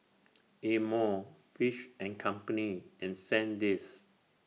Amore Fish and Company and Sandisk